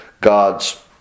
God's